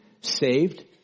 saved